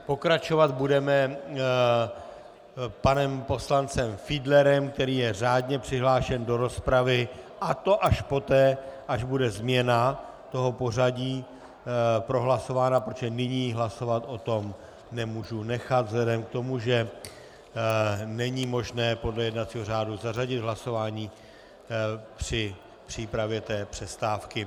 Pokračovat budeme panem poslancem Fiedlerem, který je řádně přihlášen do rozpravy, a to až poté, až bude změna toho pořadí prohlasována, protože nyní hlasovat o tom nemůžu nechat vzhledem k tomu, že není možné podle jednacího řádu zařadit hlasování při přípravě té přestávky.